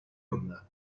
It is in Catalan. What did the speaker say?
onda